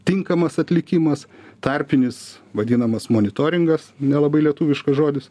tinkamas atlikimas tarpinis vadinamas monitoringas nelabai lietuviškas žodis